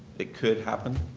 it could happen,